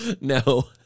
no